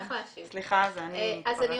קודם כל,